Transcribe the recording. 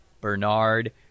Bernard